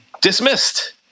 dismissed